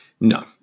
no